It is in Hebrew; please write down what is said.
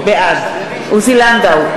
בעד עוזי לנדאו,